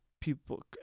people